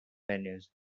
venues